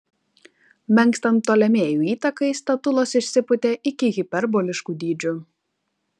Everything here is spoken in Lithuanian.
menkstant ptolemėjų įtakai statulos išsipūtė iki hiperboliškų dydžių